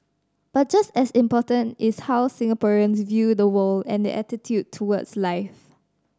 but just as important is how Singaporeans view the world and their attitude towards life